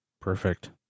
Perfect